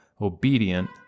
obedient